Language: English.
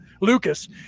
Lucas